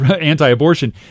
anti-abortion